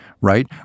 right